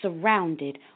surrounded